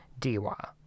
Diwa